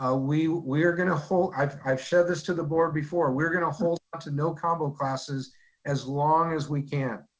ah we are going to hold, i've i've shared this to the board before, we're going to hold out to no combo classes as long as we can.